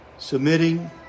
submitting